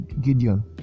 gideon